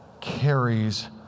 carries